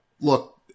look